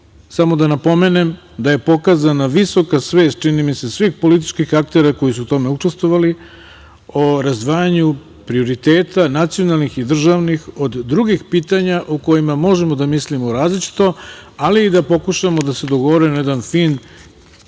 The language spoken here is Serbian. Samo da napomenem da je pokazana visoka svest čini mi se svih političkih aktera koji su u tome učestvovali o razdvajanju prioriteta nacionalnih i državnih od drugih pitanja o kojima možemo da mislim o različito, ali i da pokušamo da se dogovorimo na jedan fin,